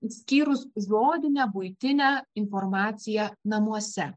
išskyrus žodinę buitinę informaciją namuose